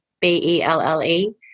b-e-l-l-e